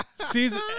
Season